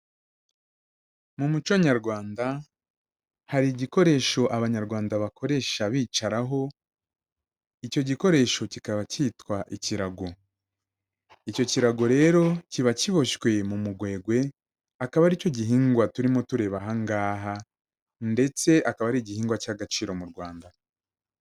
Mu muco nyarwanda, hari igikoresho Abanyarwanda bakoresha bicaraho, icyo gikoresho kikaba cyitwa ikirago. Icyo kirago rero kiba kiboshywe mu mugwegwe, akaba ari cyo gihingwa turimo tureba aha ngaha, ndetse akaba ari igihingwa cy'agaciro mu Rwanda.